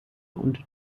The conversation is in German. und